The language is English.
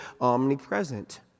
omnipresent